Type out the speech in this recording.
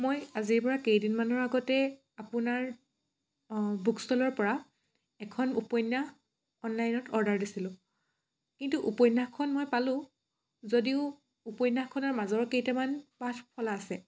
মই আজিৰ পৰা কেইদিনমানৰ আগতে আপোনাৰ বুক ষ্ট'লৰ পৰা এখন উপন্যাস অনলাইনত অৰ্ডাৰ দিছিলোঁ কিন্তু উপন্যাসখন মই পালোঁ যদিও উপন্যাসখনৰ মাজৰ কেইটামান পাত ফলা আছে